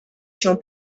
się